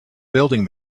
building